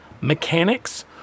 mechanics